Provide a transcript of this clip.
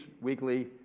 weekly